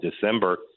December